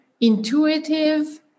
intuitive